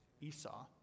Esau